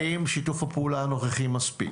האם שיתוף הפעולה הנוכחי מספיק?